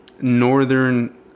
Northern